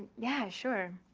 yeah, sure.